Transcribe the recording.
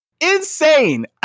Insane